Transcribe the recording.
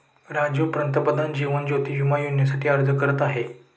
राजीव पंतप्रधान जीवन ज्योती विमा योजनेसाठी अर्ज करत आहे